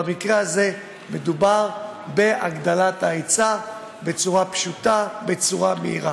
במקרה הזה מדובר בהגדלת ההיצע בצורה פשוטה ומהירה.